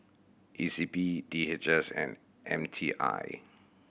E C P D H S and M T I